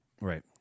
Right